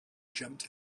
jumped